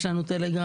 יש לנו טלגרם,